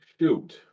shoot